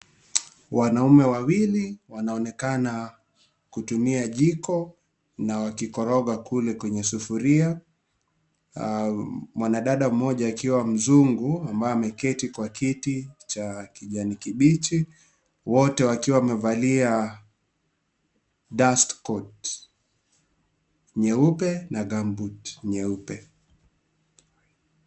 Wanaume wawili wanaonekana kutumia jiko na wakikoroga kule kwenye sufuria. Mwanadada mmoja akiwa mzungu ambaye ameketi kwa kiti cha kijani kibichi, wote wakiwa wamevalia dust coat nyeupe na gumboot nyeupe.